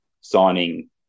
signing